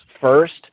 first